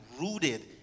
rooted